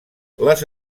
les